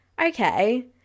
okay